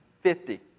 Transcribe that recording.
fifty